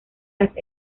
las